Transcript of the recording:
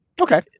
Okay